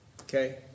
Okay